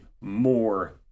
more